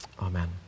amen